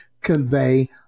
convey